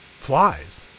flies